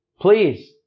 Please